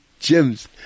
gyms